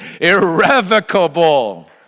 Irrevocable